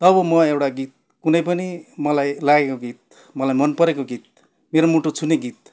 तब म एउटा गीत कुनै पनि मलाई लागेको गीत मलाई मन परेको गीत मेरो मुटु छुने गीत